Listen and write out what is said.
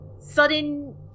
sudden